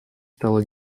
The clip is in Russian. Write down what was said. стала